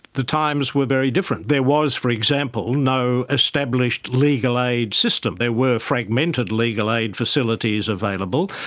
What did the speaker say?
the times were very different. there was, for example, no established legal aid system, there were fragmented legal aid facilities available.